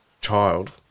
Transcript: child